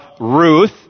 Ruth